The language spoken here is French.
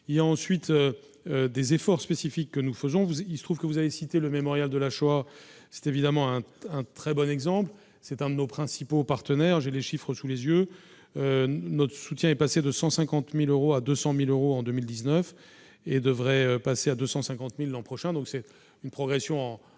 il y a ensuite des efforts spécifiques que nous faisons, il se trouve que vous avez cité le Mémorial de la Shoah, c'est évidemment un très bon exemple, hein, c'est un de nos principaux partenaires, j'ai les chiffres sous les yeux, notre soutien est passé de 150000 euros à 200000 euros en 2000 19 et devrait passer à 250000 l'an prochain, donc c'est une progression en